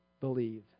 believe